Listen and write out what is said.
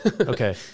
Okay